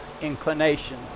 inclination